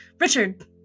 Richard